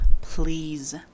please